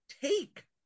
take